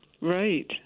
Right